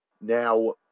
Now